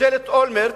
ממשלת אולמרט,